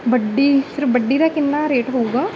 ਵੱਡੀ ਫਿਰ ਵੱਡੀ ਦਾ ਕਿੰਨਾ ਰੇਟ ਹੋਊਗਾ